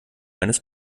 eines